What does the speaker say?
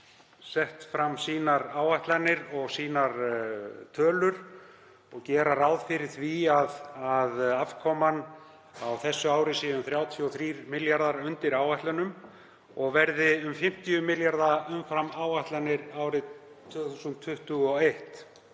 sett fram sínar áætlanir og sínar tölur og gera ráð fyrir því að afkoman á þessu ári verði um 33 milljörðum undir áætlunum og verði um 50 milljarða umfram áætlanir árið 2021.